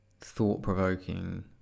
thought-provoking